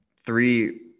three